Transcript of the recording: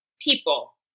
people